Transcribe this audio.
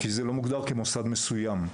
כי זה לא מוגדר כמוסד מסוים.